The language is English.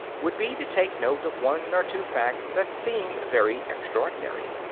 would be to take note of one or two facts that seem very extraordinary.